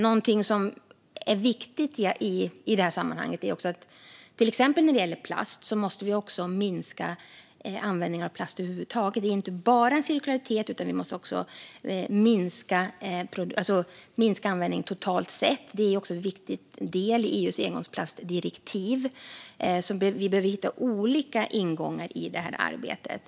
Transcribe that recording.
Någonting som är viktigt i det här sammanhanget är till exempel att vi måste minska användningen av plast över huvud taget. Det är inte bara fråga om cirkularitet, utan vi måste även minska användningen totalt sett. Det är också en viktig del i EU:s engångsplastdirektiv, så vi behöver hitta olika ingångar i det här arbetet.